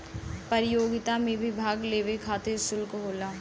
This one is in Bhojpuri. प्रतियोगिता मे भाग लेवे खतिर सुल्क होला